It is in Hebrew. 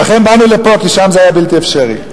לכן באנו לפה, כי שם זה היה בלתי אפשרי.